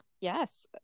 Yes